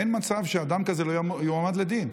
אין מצב שאדם כזה לא יועמד לדין.